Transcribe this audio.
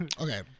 Okay